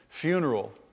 funeral